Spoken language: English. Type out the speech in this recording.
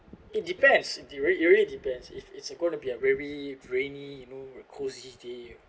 it depends it really really depends if it's gonna be a very rainy you know a cool city